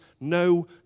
no